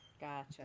Gotcha